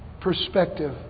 perspective